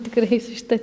tikrai su šituo